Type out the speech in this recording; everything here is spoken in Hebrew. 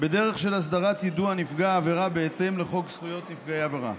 בדרך של הסדרת יידוע נפגע העבירה בהתאם לחוק זכויות נפגעי עבירה.